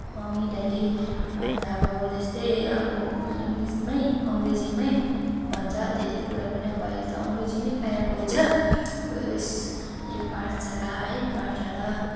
mummy daddy अन्त अब त्यस्तै अब इङ्गलिसमै अङ्ग्रेजीमै भन्छ धेरै कुरा पनि अब अहिले त अङ्ग्रेजी नै प्रायः बोल्छ अब इसस् यो पाठशाला है पाठशाला